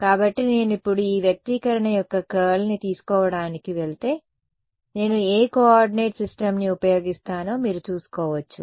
కాబట్టి నేను ఇప్పుడు ఈ వ్యక్తీకరణ యొక్క కర్ల్ని తీసుకోవడానికి వెళితే నేను ఏ కోఆర్డినేట్ సిస్టమ్ని ఉపయోగిస్తానో మీరు చూసుకోవచ్చు